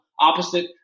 opposite